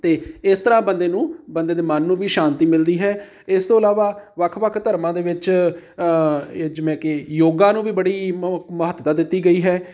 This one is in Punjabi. ਅਤੇ ਇਸ ਤਰ੍ਹਾਂ ਬੰਦੇ ਨੂੰ ਬੰਦੇ ਦੇ ਮਨ ਨੂੰ ਵੀ ਸ਼ਾਂਤੀ ਮਿਲਦੀ ਹੈ ਇਸ ਤੋਂ ਇਲਾਵਾ ਵੱਖ ਵੱਖ ਧਰਮਾਂ ਦੇ ਵਿੱਚ ਜਿਵੇਂ ਕਿ ਯੋਗਾ ਨੂੰ ਵੀ ਬੜੀ ਮ ਮਹੱਤਤਾ ਦਿੱਤੀ ਗਈ ਹੈ